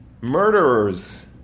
Murderers